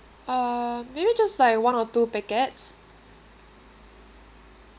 uh maybe just like one or two packets